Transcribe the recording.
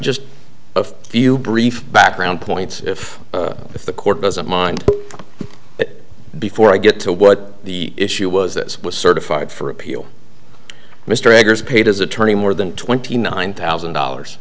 just a few brief background points if the court doesn't mind before i get to what the issue was that was certified for appeal mr eggers paid his attorney more than twenty nine thousand dollars